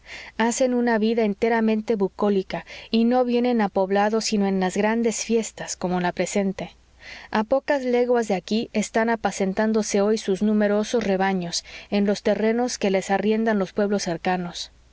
hacen una vida enteramente bucólica y no vienen a poblado sino en las grandes fiestas como la presente a pocas leguas de aquí están apacentándose hoy sus numerosos rebaños en los terrenos que les arriendan los pueblos cercanos